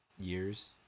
years